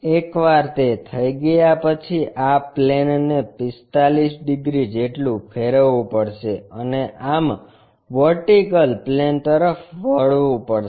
એકવાર તે થઈ ગયા પછી આ પ્લેનને 45 ડિગ્રી જેટલું ફેરવવું પડશે અને આમ VP તરફ વળવું પડશે